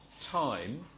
time